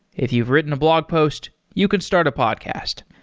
if you've written a blog post, you can start a podcast.